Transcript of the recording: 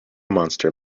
monster